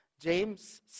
James